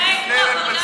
מתנהג כמו אחרוני,